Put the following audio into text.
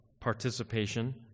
participation